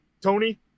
Tony